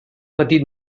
petit